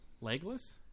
legless